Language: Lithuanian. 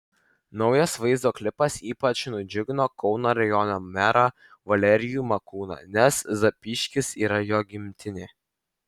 naujas vaizdo klipas ypač nudžiugino kauno rajono merą valerijų makūną nes zapyškis yra jo gimtinė